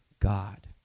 God